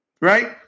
Right